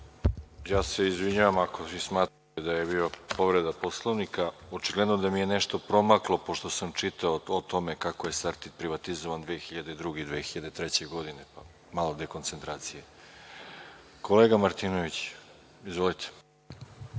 Ja se izvinjavam ako vi smatrate da je bila povreda Poslovnika. Očigledno da mi je nešto promaklo pošto sam čitao o tome kako je „Sartid“ privatizovan 2002. i 2003. godine, pa malo dekoncentracije. Kolega Martinoviću, izvolite.